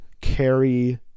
carry